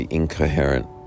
incoherent